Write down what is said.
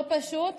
לא פשוט.